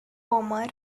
omar